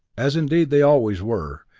as indeed they always were.